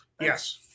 yes